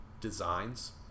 designs